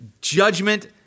judgment